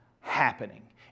happening